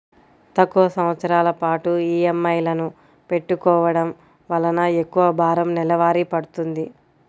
తక్కువ సంవత్సరాల పాటు ఈఎంఐలను పెట్టుకోవడం వలన ఎక్కువ భారం నెలవారీ పడ్తుంది